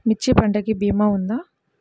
మిర్చి పంటకి భీమా ఉందా?